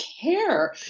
care